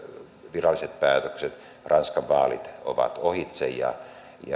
viralliset päätökset ja ranskan vaalit ovat ohitse ja